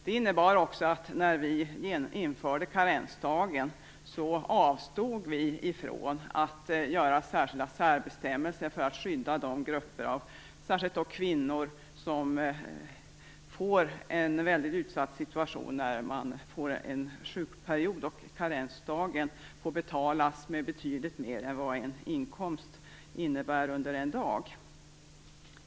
Det innebar att vi, när vi införde karensdagen, avstod ifrån att skapa särskilda särbestämmelser för att skydda de grupper av särskilt kvinnor som kommer i en väldigt utsatt situation när karensdagen under en sjukperiod får betalas med betydligt mer än vad en inkomst innebär under en dag.